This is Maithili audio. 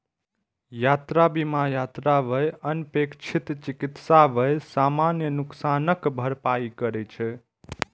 यात्रा बीमा यात्रा व्यय, अनपेक्षित चिकित्सा व्यय, सामान नुकसानक भरपाई करै छै